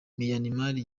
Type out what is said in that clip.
myanmar